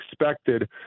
expected